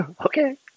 Okay